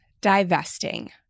Divesting